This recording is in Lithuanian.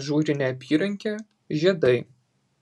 ažūrinė apyrankė žiedai